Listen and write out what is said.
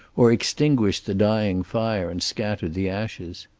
or extinguished the dying fire and scattered the ashes.